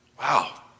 Wow